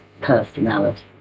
personality